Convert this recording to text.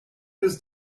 it’s